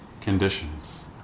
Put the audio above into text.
conditions